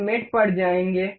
हम मेट पर जाएंगे